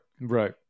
Right